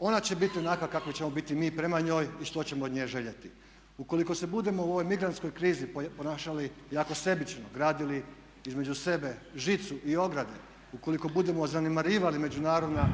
ona će biti onakva kakvi ćemo biti mi prema njoj i što ćemo od nje željeti. Ukoliko se budemo u ovoj migrantskoj krizi ponašali jako sebično, gradili između sebe žicu i ograde, ukoliko budemo zanemarivali međunarodna